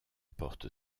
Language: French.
porte